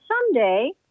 someday